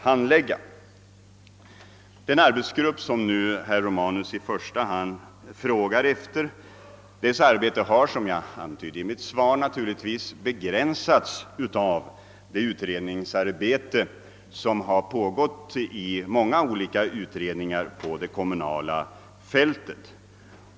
Verksamheten inom den arbetsgrupp som herr Romanus i första hand frågar efter har — som jag antydde i mitt svar — naturligtvis begränsats av det utredningsarbete som har pågått i många olika utredningar på det kommunala fältet.